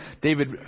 David